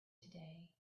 today